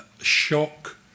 shock